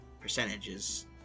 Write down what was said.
percentages